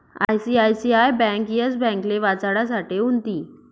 ICICI bank Yes ब्यांकले वाचाडासाठे उनथी